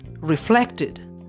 reflected